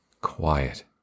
quiet